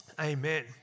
Amen